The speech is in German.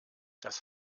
das